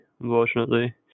Unfortunately